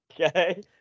Okay